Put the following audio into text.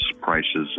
prices